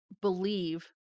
believe